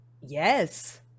Yes